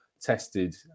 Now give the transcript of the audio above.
tested